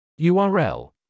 url